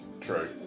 True